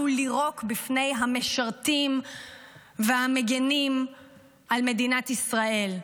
לירוק בפני המשרתים והמגינים על מדינת ישראל.